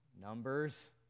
numbers